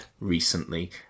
recently